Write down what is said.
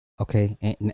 Okay